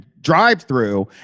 drive-through